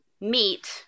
meet